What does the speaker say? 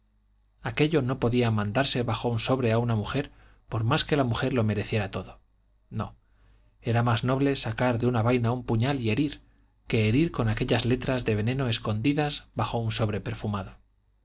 aquello no podía mandarse bajo un sobre a una mujer por más que la mujer lo mereciera todo no era más noble sacar de una vaina un puñal y herir que herir con aquellas letras de veneno escondidas bajo un sobre perfumado